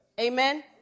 Amen